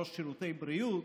ראש שירותי הבריאות,